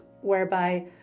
whereby